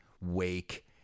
wake